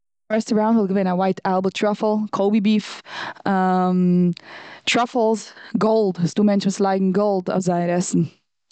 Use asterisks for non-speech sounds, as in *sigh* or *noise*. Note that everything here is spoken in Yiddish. א רעסטעראנט וואלט געווען א ווייט עלבע טראפל, קאבי ביפ, *hesitation* טראפעלס, גאלד, ס'דא מענטשן וואס לייגן גאלד אויף זייער עסן.